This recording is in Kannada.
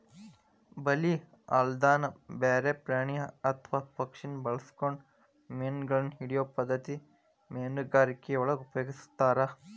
ಬಲಿ ಅಲ್ಲದನ ಬ್ಯಾರೆ ಪ್ರಾಣಿ ಅತ್ವಾ ಪಕ್ಷಿನ ಬಳಸ್ಕೊಂಡು ಮೇನಗಳನ್ನ ಹಿಡಿಯೋ ಪದ್ಧತಿ ಮೇನುಗಾರಿಕೆಯೊಳಗ ಉಪಯೊಗಸ್ತಾರ